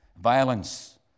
violence